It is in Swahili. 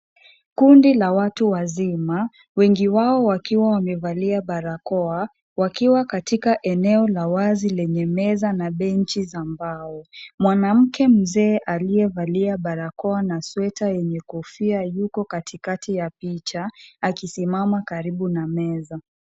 Kundi la watu wazima, wengi wao wakiwa wamevalia barakoa, wakiwa katika eneo la wazi lenye meza na benchi za mbao, mwanamke mzee aliyevalia barakoa na sweta yenye kofia yuko katikati ya picha akisimama karibu na meza.